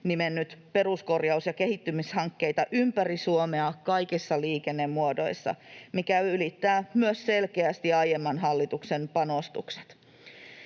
nimennyt peruskorjaus‑ ja kehittämishankkeita ympäri Suomea kaikissa liikennemuodoissa, mikä ylittää myös selkeästi aiemman hallituksen panostukset.